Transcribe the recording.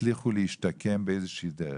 הצליחו להשתקם באיזושהי דרך.